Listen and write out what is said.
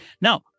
Now